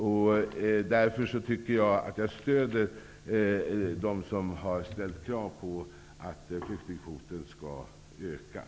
Jag stöder därför dem som har ställt krav på att flyktingkvoten skall höjas.